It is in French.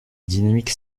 dynamique